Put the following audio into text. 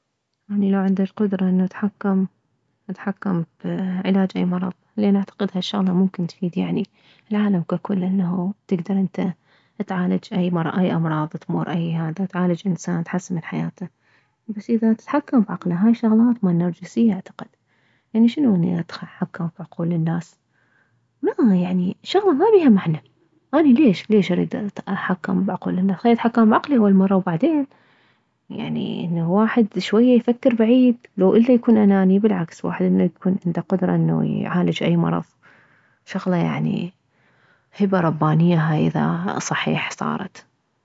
اني لو عندي القدرة انه اتحكم اتحكم بعلاج اي مرض لان اعتقد هالشغلة ممكن تفيد يعني العالم ككل انه تكدر انت تعالج اي مرض اي امراض تمر اي هذا تعالج اي انسان تحسن من حياته بس اذا تتحكم بعقله هاي شغلات مالنرجسية اعتقد يعني شنو اني اتحكم بعقول الناس ما يعني شغلة مابيها معنى اني ليش ليش اريد اتحكم بعقول الناس خلي اتحكم بعقلي اول مرة وبعدين يعني انه الواحد شوية يفكر بعيد لو الا يكون اناني بالعكس واحد انه يكون عنده القدرة انه يعالج اي مرض شغلة يعني هبة ربانية اذا صحيح صارت